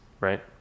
right